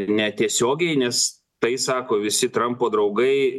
netiesiogiai nes tai sako visi trampo draugai